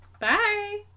bye